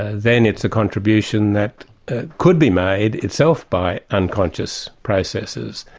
ah then it's a contribution that could be made itself by unconscious processes.